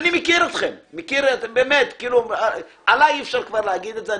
אני מכיר אתכם, עלי אי-אפשר להגיד שאיני מכיר.